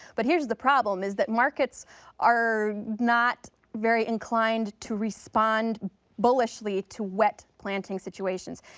but here's the problem is that markets are not very inclined to respond bullishly to wet planting situations.